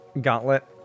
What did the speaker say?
gauntlet